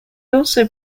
also